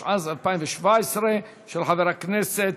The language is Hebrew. בחקיקה הפרסונלית, כפי שאמר חברי סעדי